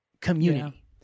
community